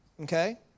Okay